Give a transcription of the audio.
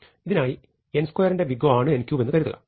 ഇതിനായി n2ന്റെ big O ആണ് n3 എന്ന് കരുതുക